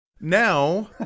Now